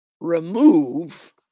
remove